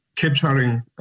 capturing